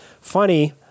Funny